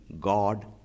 God